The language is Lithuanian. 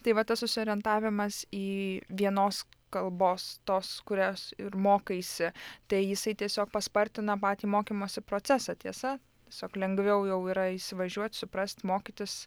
tai va tas susiorientavimas į vienos kalbos tos kurios ir mokaisi tai jisai tiesiog paspartina patį mokymosi procesą tiesa tiesiog lengviau jau yra įsivažiuot suprast mokytis